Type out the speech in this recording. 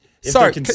sorry